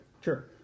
Sure